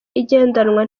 igendanwa